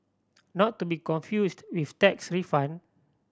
not to be confused with tax refund